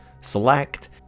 select